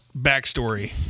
backstory